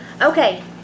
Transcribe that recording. Okay